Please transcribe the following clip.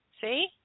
See